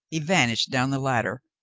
he vanished down the ladder,